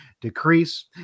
decrease